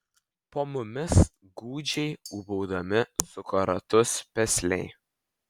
po mumis gūdžiai ūbaudami suko ratus pesliai